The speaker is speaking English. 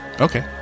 Okay